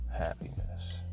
happiness